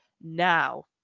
Now